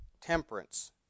temperance